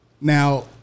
Now